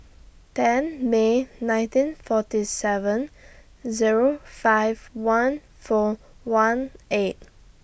ten May nineteen forty seven Zero five one four one eight